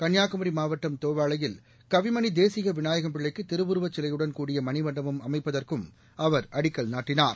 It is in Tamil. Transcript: கள்னியாகுமி மாவட்டம் தோவாளையில் கவிமணி தேசிய விநாயகம்பிள்ளைக்கு திருவுருவச் சிலையுடன் கூடிய மணிமண்டபம் அமைப்பதற்கும் அவர் அடிக்கல் நாட்டினார்